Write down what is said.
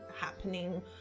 happening